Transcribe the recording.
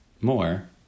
more